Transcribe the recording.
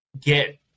get